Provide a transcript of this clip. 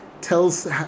tells